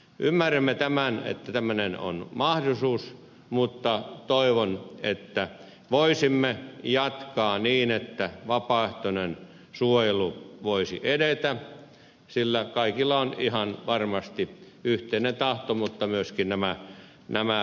ymmärrämme tämän että on tämmöinen mahdollisuus mutta toivon että voisimme jatkaa niin että vapaaehtoinen suojelu voisi edetä sillä kaikilla on ihan varmasti yhteinen tahto mutta myöskin nämä nämä